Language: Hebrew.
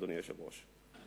אדוני היושב-ראש.